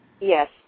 Yes